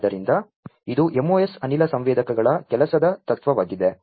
ಆದ್ದರಿಂದ ಇದು MOS ಅನಿಲ ಸಂವೇದಕಗಳ ಕೆಲಸದ ತತ್ವವಾಗಿದೆ